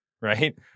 Right